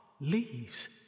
Leaves